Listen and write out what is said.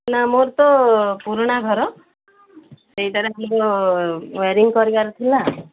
ନା ମୋର ତ ପୁରୁଣା ଘର ସେଇଟାରେ ଆମର ୱାରିଂ କରିବାର ଥିଲା